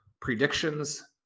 predictions